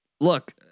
Look